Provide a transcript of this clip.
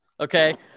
okay